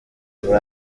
muri